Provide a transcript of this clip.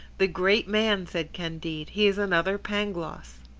the great man! said candide. he is another pangloss!